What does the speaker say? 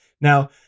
Now